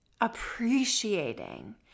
appreciating